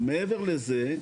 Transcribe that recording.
מעבר לזה,